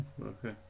Okay